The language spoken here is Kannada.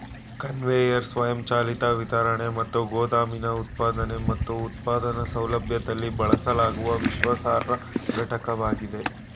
ಕನ್ವೇಯರ್ ಸ್ವಯಂಚಾಲಿತ ವಿತರಣೆ ಮತ್ತು ಗೋದಾಮಿನ ಉತ್ಪಾದನೆ ಮತ್ತು ಉತ್ಪಾದನಾ ಸೌಲಭ್ಯದಲ್ಲಿ ಬಳಸಲಾಗುವ ವಿಶ್ವಾಸಾರ್ಹ ಘಟಕವಾಗಿದೆ